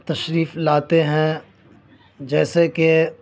تشریف لاتے ہیں جیسے کہ